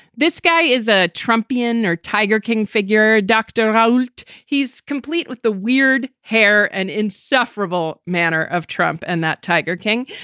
this guy is a trump beon or tiger king figure. dr. holt, he's complete with the weird hair and insufferable manner of trump and that tiger king.